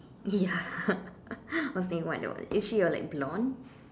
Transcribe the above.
ya I was thinking what that was is she like a blonde